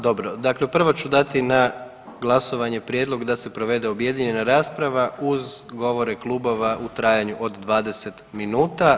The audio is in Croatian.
Dobro, dakle prvo ću dati na glasovanje prijedlog da se provede objedinjena rasprava uz govore klubova u trajanju od 20 minuta.